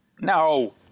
No